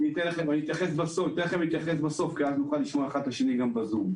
אתן לכם להתייחס בסוף כי אז נוכל לשמוע האחד את השני גם בזום.